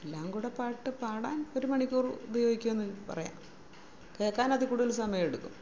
എല്ലാം കൂടെ പാട്ടു പാടാൻ ഒരു മണിക്കൂർ ഉപയോഗിക്കുമെന്ന് പറയാം കേൾക്കാനതിൽ കൂടുതൽ സമയമെടുക്കും